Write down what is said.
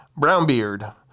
Brownbeard